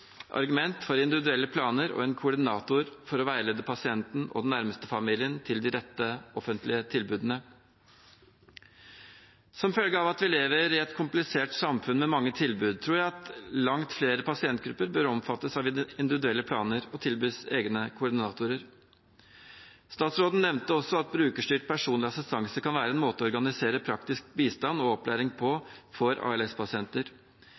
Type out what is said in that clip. argument for individuelle planer og en koordinator for å veilede pasienten og den nærmeste familien til de rette offentlige tilbudene. Som følge av at vi lever i et komplisert samfunn med mange tilbud, tror jeg at langt flere pasientgrupper bør omfattes av individuelle planer og tilbys egne koordinatorer. Statsråden nevnte også at brukerstyrt personlig assistanse kan være en måte å organisere praktisk bistand og opplæring